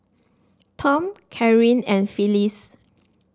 Tom Caryn and Phylis